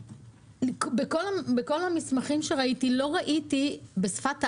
בכל המסמכים שראיתי לא ראיתי בשפת העם,